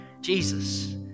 Jesus